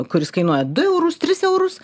kuris kainuoja du eurus tris eurus